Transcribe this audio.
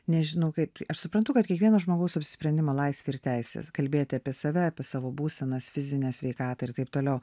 nežinau kaip tai aš suprantu kad kiekvieno žmogaus apsisprendimo laisvė ir teisės kalbėti apie save apie savo būsenas fizinę sveikatą ir taip toliau